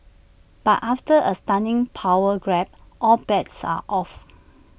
but after A stunning power grab all bets are off